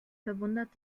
verwundert